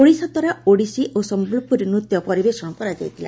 ଓଡ଼ିଶା ଦ୍ୱାରା ଓଡ଼ିଶୀ ଓ ସମ୍ମଲପୁରୀ ନୃତ୍ୟ ପରିବେଷଣ କରାଯାଇଥିଲା